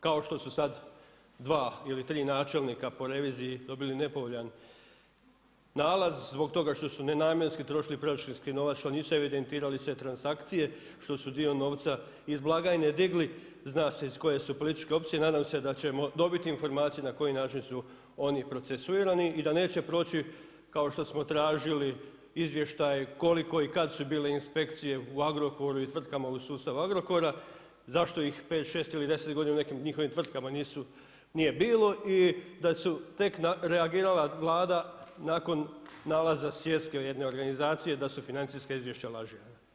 Kao što su sad dva ili tri načelnika po revizije dobili nepovoljan nalaz zbog toga što su nenamjenski trošili proračunski novac što su nisu evidentirali sve transakcije, što su dio novca iz blagajne digli, zna se iz koje su političke opcije, nadam se da ćemo dobiti informaciju na koji način su oni procesuirani i da neće proći kao što smo tražili izvještaj koliko i kad su bile inspekcije u Agrokoru i tvrtkama u sustavu Agrokora, zašto ih 5, 6 ili 10 godina u nekim njihovim tvrtkama nije bilo i da je tek reagirala Vlada nakon nalaza svjetske jedne organizacije da su financijska izvješća lažirana.